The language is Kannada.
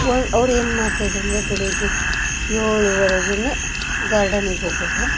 ವನ್ ಅವ್ರೇನು ಮಾಡ್ತಾ ಇದ್ದರಂದ್ರೆ ಬೆಳಗ್ಗೆ ಏಳುವರೆಗೆನೇ ಗಾರ್ಡನಿಗೆ ಹೋಗೋರು